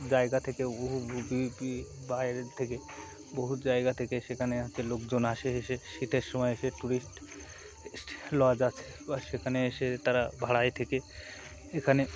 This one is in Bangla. জায়গা থেকে বহু বাইরের থেকে বহু জায়গা থেকে সেখানে হাতে লোকজন আসে এসে শীতের সময় এসে ট্যুরিস্ট লজ আছে বা সেখানে এসে তারা ভাড়ায় থেকে এখানে